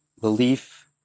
belief